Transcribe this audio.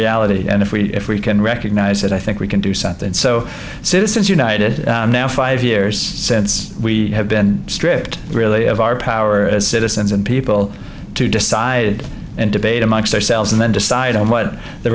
reality and if we if we can recognize that i think we can do something so citizens united now five years since we have been stripped really of our power as citizens and people to decide and debate amongst ourselves and then decide on what the